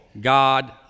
God